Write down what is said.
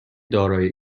دارای